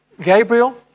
Gabriel